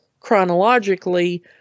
chronologically